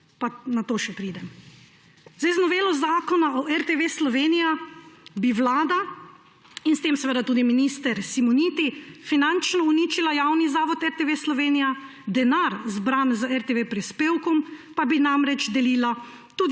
Pa na to še pridem. Z novelo Zakona o RTV Slovenija, bi vlada in s tem seveda tudi minister Simoniti finančno uničila Javni zavod RTV Slovenija, denar, zbran z RTV prispevkom, pa bi delila tudi